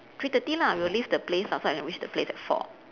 three thirty lah we'll leave the place so I can reach the place at four